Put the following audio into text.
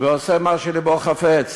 ועושה מה שלבו חפץ,